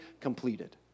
completed